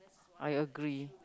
I agree